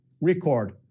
Record